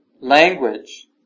language